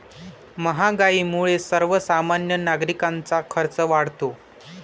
महागाईमुळे सर्वसामान्य नागरिकांचा खर्च वाढतो